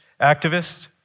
activists